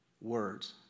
Words